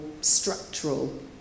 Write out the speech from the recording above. structural